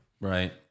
Right